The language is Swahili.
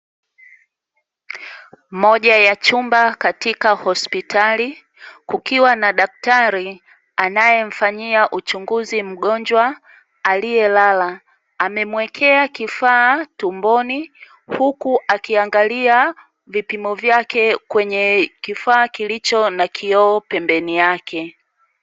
Moja ya chumba katika hospitali, kukiwa na daktari anayemfanyia uchunguzi mgonjwa aliyelala. Amemwekea kifaa tumboni, huku akiangalia vipimo vyake kwenye kifaa kilicho na kioo pembeni yake.